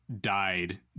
died